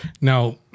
now